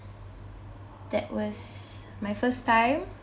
that was my first time